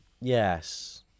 Yes